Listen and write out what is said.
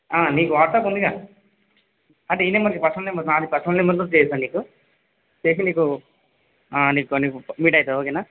మీకు వాట్సాప్ ఉందిగా అంటే ఈ నెంబర్ పర్సనల్ నెంబర్ నాది పర్సనల్ నెంబర్ నుంచి చేస్తా నీకు చేసి నీకు నీకు మీట్ అయితా ఓకేనా